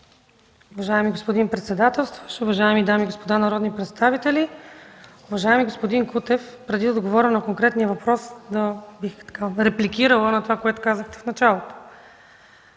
Уважаеми господин председател, уважаеми дами и господа народни представители! Уважаеми господин Кутев, преди да отговоря на конкретния въпрос бих репликирала на това, което казахте в началото.